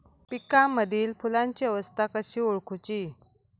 पिकांमदिल फुलांची अवस्था कशी ओळखुची?